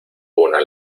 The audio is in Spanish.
una